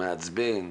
מעצבן,